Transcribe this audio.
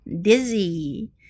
dizzy